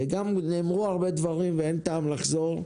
גם נאמרו הרבה דברים ואין טעם לחזור,